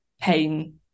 pain